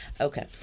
Okay